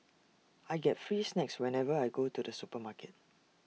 I get free snacks whenever I go to the supermarket